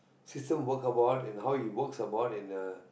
system work about and how it works about and how he works about in uh